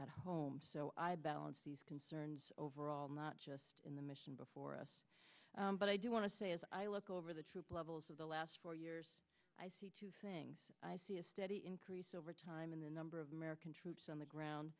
at home so i balance these concerns overall not just in the mission before us but i do want to say as i look over the troop levels of the last four years i see two things i see a steady increase over time in the number of american troops on the ground